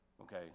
okay